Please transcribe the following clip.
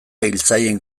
hiltzaileen